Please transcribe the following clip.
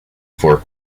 for